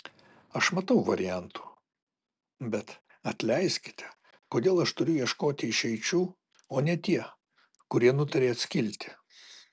aš matau variantų bet atleiskite kodėl aš turiu ieškoti išeičių o ne tie kurie nutarė atskilti